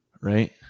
Right